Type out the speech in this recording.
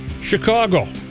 Chicago